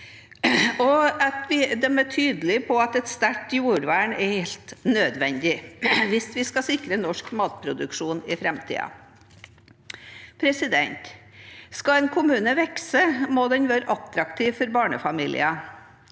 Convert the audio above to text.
og at den er tydelig på at et sterkt jordvern er helt nødvendig hvis vi skal sikre norsk matproduksjon i framtiden. Skal en kommune vokse, må den være attraktiv for barnefamilier.